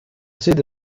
sede